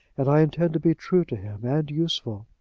and i intend to be true to him and useful.